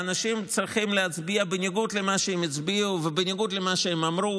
ואנשים צריכים להצביע בניגוד למה שהם הצביעו ובניגוד למה שהם אמרו,